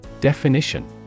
Definition